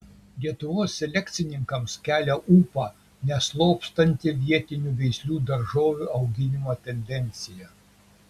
lietuvos selekcininkams kelia ūpą neslopstanti vietinių veislių daržovių auginimo tendencija